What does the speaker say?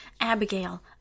Abigail